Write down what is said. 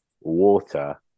water